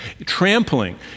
trampling